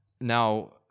now